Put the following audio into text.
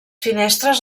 finestres